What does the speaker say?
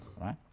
right